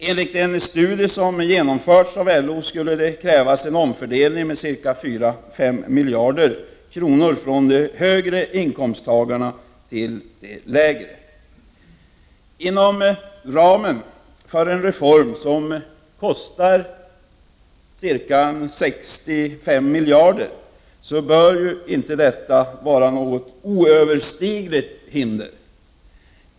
Enligt en studie som genomförts av LO skulle det krävas en omfördelning med ca 5 miljarder kronor från de högre inkomsttagarna till de lägre. Inom ramen för en reform som kostar 65 miljarder bör detta inte vara något oöverstigligt hinder.